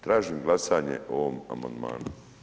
Tražim glasanje o ovom amandmanu.